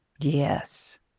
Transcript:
Yes